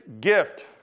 gift